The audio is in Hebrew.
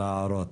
על ההערות.